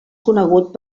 conegut